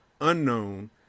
unknown